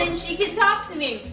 and she can talk to me.